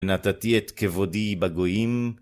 נתתי את כבודי בגויים